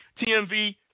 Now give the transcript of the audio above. TMV